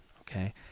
okay